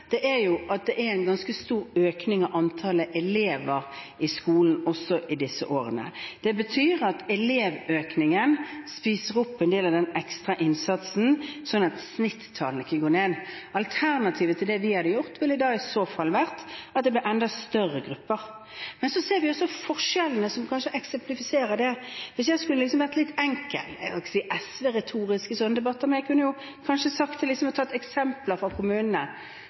er jo at det er en ganske stor økning av antallet elever i skolen også i disse årene. Det betyr at elevøkningen spiser opp en del av den ekstra innsatsen, sånn at snittallene ikke går ned. Alternativet til det vi har gjort, ville i så fall vært at det ble enda større grupper. Men vi ser også forskjellene som kanskje eksemplifiserer det. Hvis jeg skulle vært litt enkel – jeg holdt på å si SV-retorisk – i sånne debatter, kunne jeg